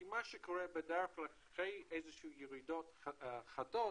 כי מה שקורה בדרך כלל אחרי איזה שהן ירידות חדות